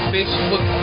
Facebook